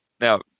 now